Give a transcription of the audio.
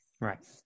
Right